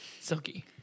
Silky